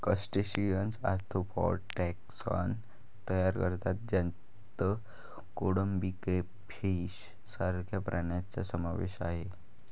crustaceans arthropod taxon तयार करतात ज्यात कोळंबी, क्रेफिश सारख्या प्राण्यांचा समावेश आहे